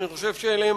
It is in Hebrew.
אני חושב שאלה הם